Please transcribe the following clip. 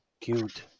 cute